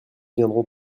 viendront